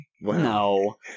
no